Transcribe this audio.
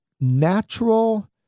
Natural